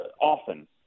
often